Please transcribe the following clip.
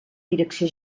direcció